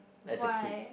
why